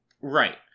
right